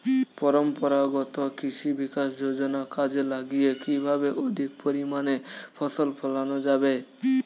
পরম্পরাগত কৃষি বিকাশ যোজনা কাজে লাগিয়ে কিভাবে অধিক পরিমাণে ফসল ফলানো যাবে?